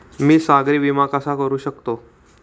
मी सागरी विमा कसा करू शकतो?